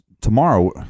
tomorrow